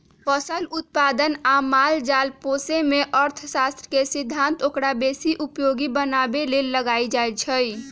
फसल उत्पादन आ माल जाल पोशेमे जे अर्थशास्त्र के सिद्धांत ओकरा बेशी उपयोगी बनाबे लेल लगाएल जाइ छइ